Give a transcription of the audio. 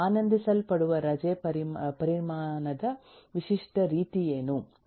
ಆನಂದಿಸಲ್ಪಡುವ ರಜೆ ಪರಿಮಾಣದ ವಿಶಿಷ್ಟ ರೀತಿಯೇನು